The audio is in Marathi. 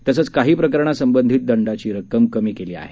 तसंच काही प्रकरणासंबंधित दंडाची रक्कम कमी केली आहे